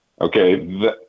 okay